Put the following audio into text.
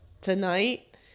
tonight